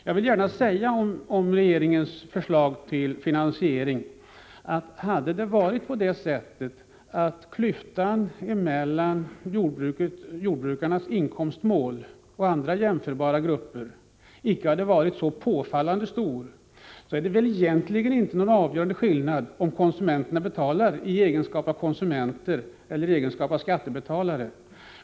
Jag vill gärna säga om regeringens förslag till finansiering, att hade inte klyftan mellan jordbrukarnas inkomstmål och jämförbara gruppers inkomstmål varit så påfallande stor, vore det väl egentligen inte någon avgörande skillnad om konsumenterna betalar i egenskap av konsumenter eller i egenskap av skattebetalare.